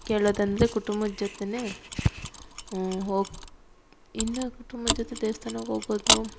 ಕೇಳೋದಂದರೆ ಕುಟುಂಬದ್ ಜೊತೆ ಹೋಗಿ ಇನ್ನು ಕುಟುಂಬದ ಜೊತೆ ದೇವಸ್ತಾನಕ್ ಹೋಗೋದು